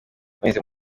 ameze